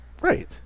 right